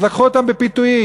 אז לקחו אותם בפיתויים.